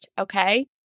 Okay